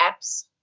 apps